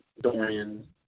Dorian